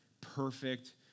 perfect